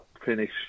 finish